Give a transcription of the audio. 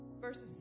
verses